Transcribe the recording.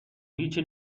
هیچی